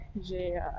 j'ai